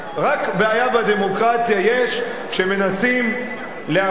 יש בעיה בדמוקרטיה רק כשמנסים לאפשר